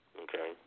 Okay